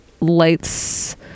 lights